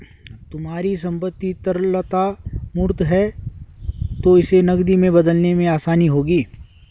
तुम्हारी संपत्ति तरलता मूर्त है तो इसे नकदी में बदलने में आसानी होगी